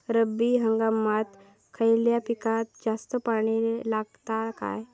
रब्बी हंगामात खयल्या पिकाक जास्त पाणी लागता काय?